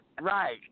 Right